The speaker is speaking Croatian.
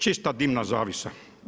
Čista dimna zavjesa.